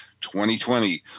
2020